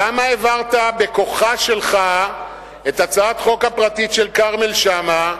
למה העברת בקולך שלך את הצעת החוק הפרטית של כרמל שאמה,